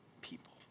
people